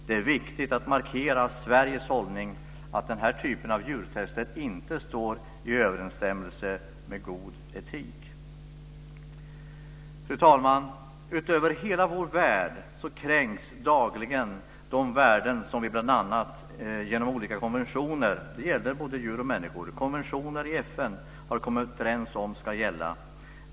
Det är viktigt att markera Sveriges hållning att den här typen av djurtest inte står i överensstämmelse med god etik. Fru talman! Över hela vår värld kränks dagligen de värden som vi bl.a. genom olika konventioner i FN har kommit överens om ska gälla. Det gäller både djur och människor.